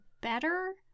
better